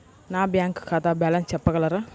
నా బ్యాంక్ ఖాతా బ్యాలెన్స్ చెప్పగలరా?